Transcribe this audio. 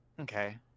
Okay